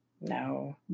No